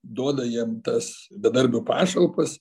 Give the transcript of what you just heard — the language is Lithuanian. duoda jiem tas bedarbių pašalpas